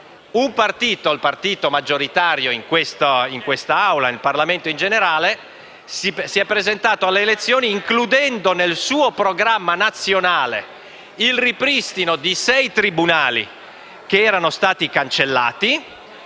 un partito, il partito maggioritario in quest'Aula e nel Parlamento in generale, si è presentato alle elezioni includendo nel proprio programma nazionale il ripristino di sei tribunali che erano stati cancellati: